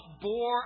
bore